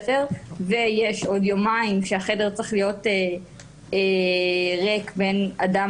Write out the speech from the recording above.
ויש עוד יומיים שהחדר צריך להיות ריק בין אדם